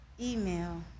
Email